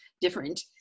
different